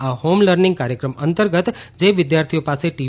આ home learning કાર્યક્રમ અંતર્ગત જે વિદ્યાર્થીઓ પાસે ટી